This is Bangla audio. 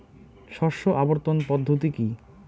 শস্য আবর্তন পদ্ধতি কি?